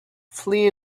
flee